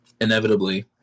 inevitably